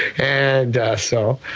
and so.